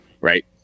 right